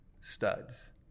studs